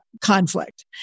conflict